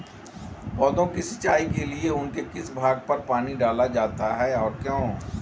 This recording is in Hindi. पौधों की सिंचाई के लिए उनके किस भाग पर पानी डाला जाता है और क्यों?